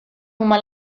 huma